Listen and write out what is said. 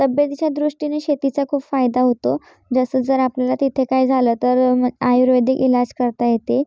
तब्येतीच्या दृष्टीने शेतीचा खूप फायदा होतो जसं जर आपल्याला तिथे काय झालं तर मग आयुर्वेदिक इलाज करता येते